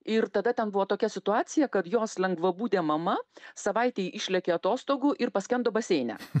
ir tada ten buvo tokia situacija kad jos lengvabūdė mama savaitei išlekia atostogų ir paskendo baseine